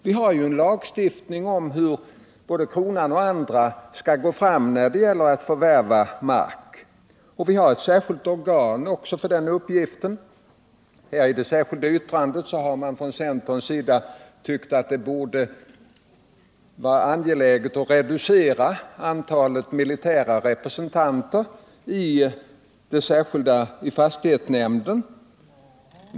Vi har ju en lagstiftning om hur kronan och andra skall gå fram när det gäller att förvärva mark. Vi har också ett särskilt organ för den uppgiften. I det särskilda yttrandet anser centerpartisterna att det är angeläget att reducera antalet militära representanter i fastighetsnämnden.